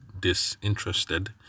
disinterested